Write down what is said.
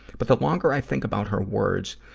but the longer i think about her words,